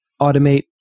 automate